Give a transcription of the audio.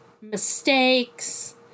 mistakes